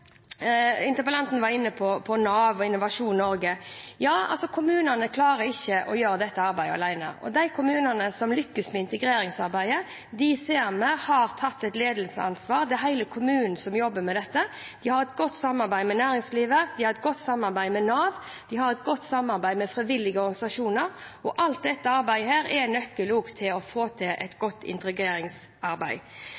Interpellanten var inne på Nav og Innovasjon Norge: Ja, kommunene klarer ikke å gjøre dette arbeidet alene. Vi ser at de kommunene som lykkes med integreringsarbeidet, har tatt et ledelsesansvar, at hele kommunen jobber med dette: De har et godt samarbeid med næringslivet, de har et godt samarbeid med Nav, de har et godt samarbeid med frivillige organisasjoner, og alt dette arbeidet er nøkkelen til å få til et godt integreringsarbeid.